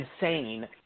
insane